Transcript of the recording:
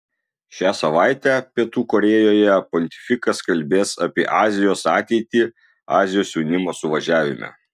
šią savaitę pietų korėjoje pontifikas kalbės apie azijos ateitį azijos jaunimo suvažiavime